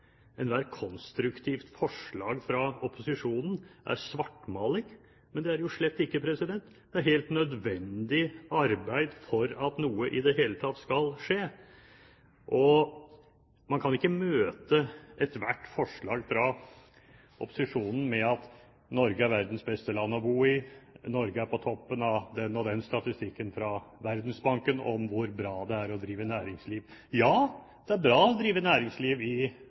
konstruktivt forslag fra opposisjonen er svartmaling. Men det er det jo slett ikke – det er helt nødvendig arbeid for at noe i det hele tatt skal skje. Man kan ikke møte ethvert forslag fra opposisjonen med at Norge er verdens beste land å bo i, Norge er på toppen av den og den statistikken fra Verdensbanken om hvor bra det er å drive næringsliv. Ja, det er bra å drive næringsliv i